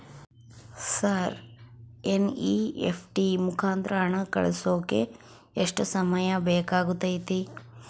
Sir NEFT ಮುಖಾಂತರ ಹಣ ಕಳಿಸೋಕೆ ಎಷ್ಟು ಸಮಯ ಬೇಕಾಗುತೈತಿ?